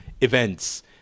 events